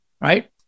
right